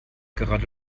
gerade